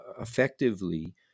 effectively